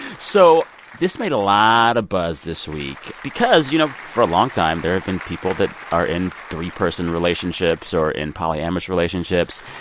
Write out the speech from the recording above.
so this made a lot of buzz this week because, you know, for a long time, there have been people that are in three-person relationships or in polyamorous relationships.